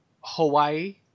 Hawaii